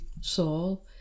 Saul